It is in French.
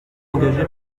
engagé